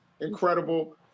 incredible